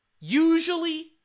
usually